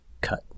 cut